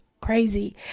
crazy